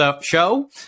Show